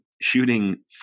shooting